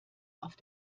auf